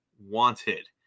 wanted